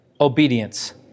Obedience